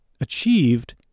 achieved